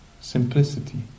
simplicity